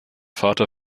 vater